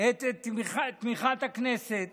את תמיכת הכנסת